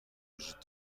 وجود